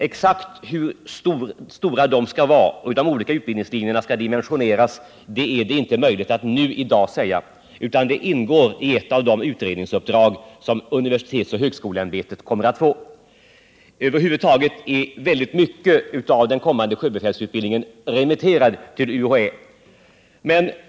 Exakt hur stora de skall vara och hur de olika utbildningslinjerna skall dimensioneras är det inte möjligt att säga i dag, utan det ingår i ett av de utredningsuppdrag universitetsoch högskoleämbetet kommer att få. Över huvud taget är väldigt mycket av den kommande sjöbefälsutbildningen remitterat till UHÄ.